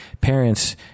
Parents